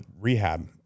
rehab